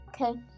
Okay